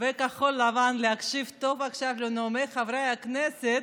וכחול לבן להקשיב עכשיו טוב לנאומי חברי הכנסת,